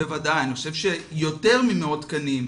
בוודאי, אני חושב שיותר ממאות תקנים.